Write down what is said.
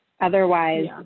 Otherwise